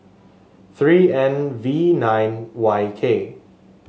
three N V nine Y K